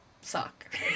suck